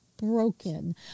broken